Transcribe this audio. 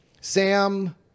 Sam